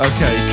Okay